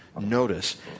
notice